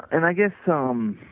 and i guess so um